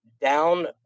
down